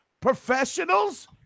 professionals